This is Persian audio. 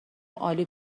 عالی